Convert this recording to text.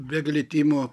be glitimo